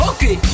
Okay